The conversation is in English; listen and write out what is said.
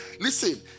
Listen